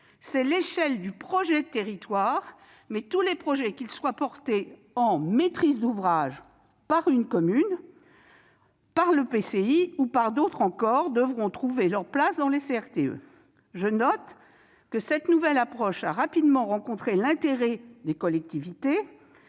EPCI, mais aux projets de territoire. Tous les projets, qu'ils soient portés en maîtrise d'ouvrage par une commune, par un EPCI, ou par d'autres encore, devront trouver leur place dans les CRTE. Je note que cette nouvelle approche a rapidement suscité l'intérêt des collectivités